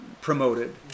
promoted